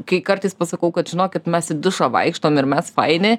kai kartais pasakau kad žinokit mes į dušą vaikštom ir mes faini